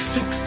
Fix